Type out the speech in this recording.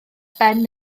ben